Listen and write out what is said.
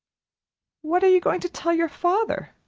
what are you going to tell your father?